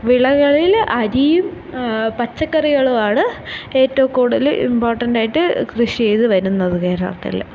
വിളകളില് അരിയും പച്ചക്കറികളുമാണ് ഏറ്റവും കൂടുതല് ഇംപോർട്ടന്റെ ആയിട്ട് കൃഷി ചെയ്ത് വരുന്നത് കേരളത്തില്